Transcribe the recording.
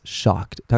shocked